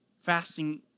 Fasting